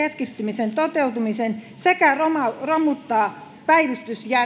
keskittymisen toteutumisen sekä romuttaa päivystysjärjestelmän suomessa kysyisin nyt teiltä